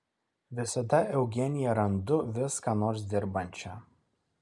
visada eugeniją randu vis ką nors dirbančią